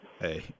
Hey